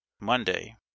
Monday